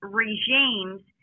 regimes